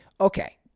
Okay